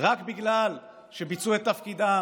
רק בגלל שביצעו את תפקידם